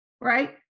right